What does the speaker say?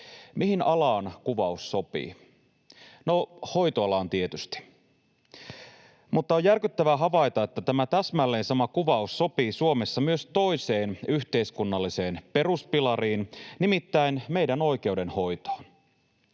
Mihin alaan kuvaus sopii? No, hoitoalaan tietysti, mutta on järkyttävää havaita, että tämä täsmälleen sama kuvaus sopii Suomessa myös toiseen yhteiskunnalliseen peruspilariin, nimittäin meidän oikeudenhoitoon.